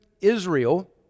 Israel